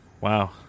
Wow